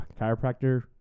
chiropractor